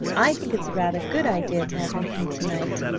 i think it's a rather good idea to have them come to-night,